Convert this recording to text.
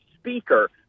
speaker